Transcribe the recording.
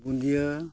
ᱵᱩᱸᱫᱤᱭᱟ